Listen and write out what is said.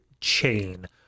chain